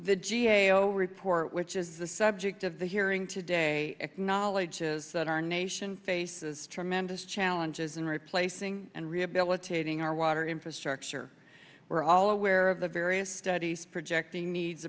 the g a o report which is the subject of the hearing today acknowledges that our nation faces tremendous challenges in replacing and rehabilitating our water infrastructure we're all aware of the various studies projecting needs